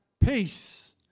peace